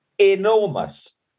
enormous